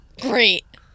Great